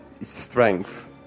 strength